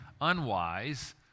unwise